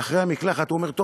ואחרי המקלחת הוא אומר: טוב,